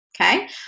Okay